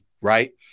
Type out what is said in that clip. Right